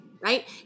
right